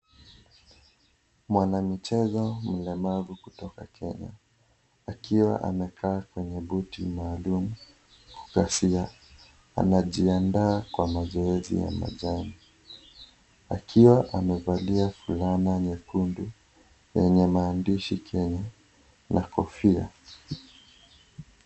Mwanamichezo mlemavu kutokaa kenya akiwa anakaa kwenye boti maalum anajiandaa kwa mazowezi ya majini akiwa amevalia fulana nyekundu yenye maandishi Kenya na kofia.